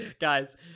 Guys